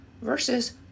versus